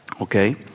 Okay